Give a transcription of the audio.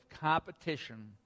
competition